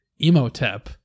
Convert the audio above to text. emotep